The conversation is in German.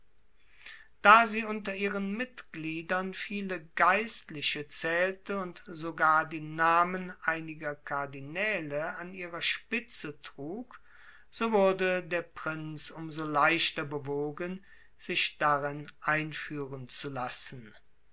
da sie unter ihren mitgliedern viele geistliche zählte und sogar die namen einiger kardinäle an ihrer spitze trug so wurde der prinz um so leichter bewogen sich darin einführen zu lassen